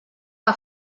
que